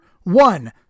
One